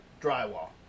drywall